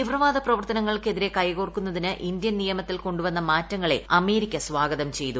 തീവ്രവാദ പ്രവർത്തനങ്ങൾക്കെതിരെ കൈകോർക്കുന്നതിന് ഇന്ത്യൻ നിയമത്തിൽ കൊണ്ടുവന്ന മാറ്റങ്ങളെ അമേരിക്ക സ്വാഗതം ചെയ്തു